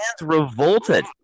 revolted